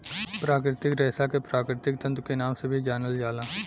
प्राकृतिक रेशा के प्राकृतिक तंतु के नाम से भी जानल जाला